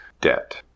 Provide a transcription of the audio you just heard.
debt